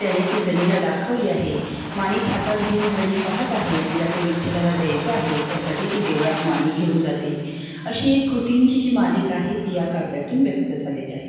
त्याने ती जनीला दाखवले आहे माणिक हातात घेऊन जनी पाहत आहे तिला ते विठ्ठलाला द्यायचे आहे त्यासाठी ती देवळात माणिक घेऊन जाते अशी एक कृतींची जी मालिका आहे ती या काव्यातून व्यक्त झालेली आहे